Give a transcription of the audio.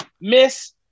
Miss